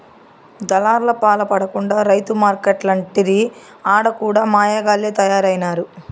దళార్లపాల పడకుండా రైతు మార్కెట్లంటిరి ఆడ కూడా మాయగాల్లె తయారైనారు